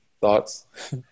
Thoughts